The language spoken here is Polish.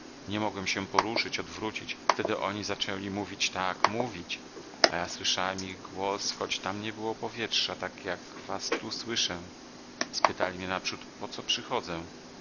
nie mogłem się poruszyć odwrócić wtedy oni zaczęli mówić tak mówić a ja słyszałem ich głos choć tam nie było powietrza tak jak was tu słyszę spytali mnie naprzód po co przychodzę